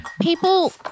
People